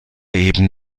eben